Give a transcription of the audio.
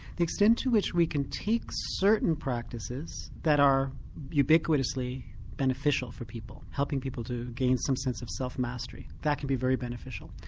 the extent to which we can take certain practices that are ubiquitously beneficial for people, helping people to gain some sense of self-mastery, that can be very beneficial.